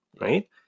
right